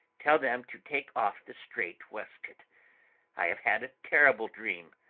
tell them to take off the strait-waistcoat. i have had a terrible dream,